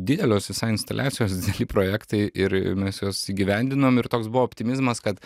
didelios visai instaliacijos dideli projektai ir mes juos įgyvendinom ir toks buvo optimizmas kad